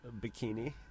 bikini